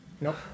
Nope